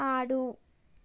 ఆడు